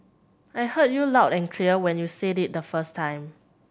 I heard you loud and clear when you said it the first time